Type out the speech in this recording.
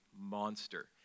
monster